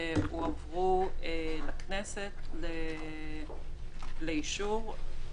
והועברו לכנסת לאישור.